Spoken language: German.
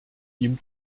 ihm